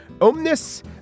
Omnis